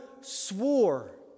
swore